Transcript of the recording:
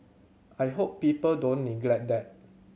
I hope people don't neglect that